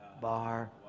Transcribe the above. bar